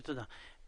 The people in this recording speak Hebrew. בבקשה,